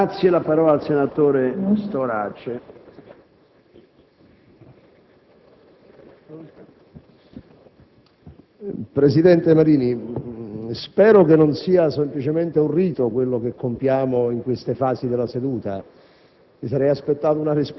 Presidente, spero che non sia semplicemente un rito quello che compiamo in queste fasi della seduta.